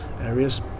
areas